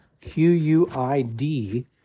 Q-U-I-D